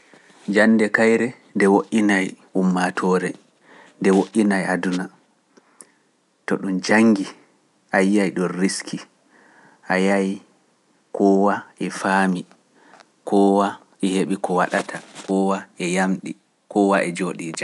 Jaande kayre nde woƴƴina ummaatuore, nde woƴƴina aduna, to ɗum janngi a yi’ay ɗo risk, a yahi, ko wa’ e faami, ko wa’ e heɓi ko waɗata, ko wa’ e yamɗi, ko wa’ e jooɗii jangude.